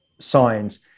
signs